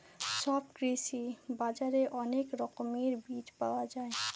সব কৃষি বাজারে অনেক রকমের বীজ পাওয়া যায়